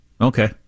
Okay